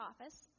office